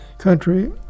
country